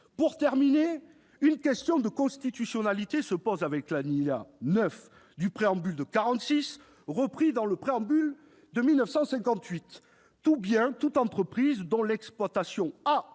J'ajoute qu'une question de constitutionnalité se pose avec l'alinéa 9 du préambule de 1946, repris dans le préambule de 1958 :« Tout bien, toute entreprise, dont l'exploitation a